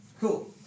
Cool